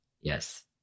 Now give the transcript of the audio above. Yes